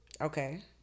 Okay